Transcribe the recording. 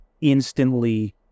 instantly